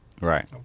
Right